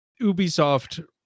Ubisoft